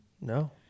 no